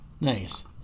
Nice